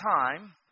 time